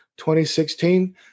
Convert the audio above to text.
2016